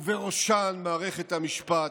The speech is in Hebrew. ובראשן מערכת המשפט,